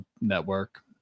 network